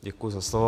Děkuji za slovo.